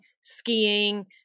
skiing